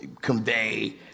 convey